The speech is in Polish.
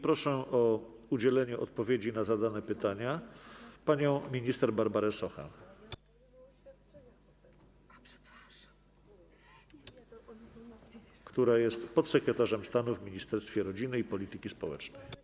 Proszę o udzielenie odpowiedzi na zadane pytania panią minister Barbarę Sochę, która jest podsekretarzem stanu w Ministerstwie Rodziny i Polityki Społecznej.